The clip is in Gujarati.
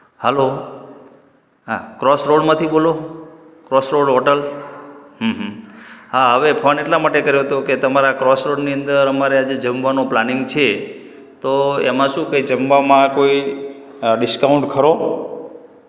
હાલો હા ક્રોસ રોડમાંથી બોલો ક્રોસ રોડ હોટલ હા હવે ફોન એટલા માટે કર્યો હતો કે તમારા ક્રોસ રોડની અંદર અમારે આજે જમવાનો પ્લાનિંગ છે તો એમાં શું કે જમવામાં કોઈ ડિસ્કાઉન્ટ ખરો